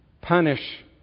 punish